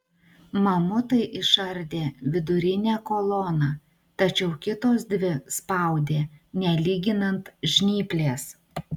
mamutai išardė vidurinę koloną tačiau kitos dvi spaudė nelyginant žnyplės